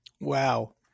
Wow